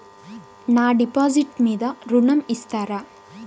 నా డిపాజిట్ మీద ఋణం ఇస్తారా?